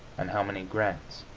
and how many grants?